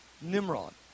Nimrod